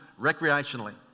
recreationally